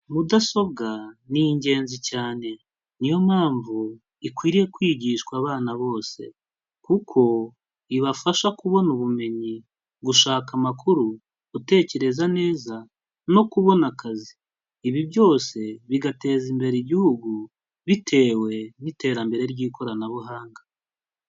Mudasobwa ni ingenzi cyane. Ni yo mpamvu ikwiriye kwigishwa abana bose. Kuko ibafasha kubona ubumenyi, gushaka amakuru, gutekereza neza no kubona akazi. Ibi byose bigateza imbere Igihugu bitewe n'iterambere ry'ikoranabuhanga.